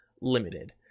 limited